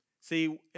See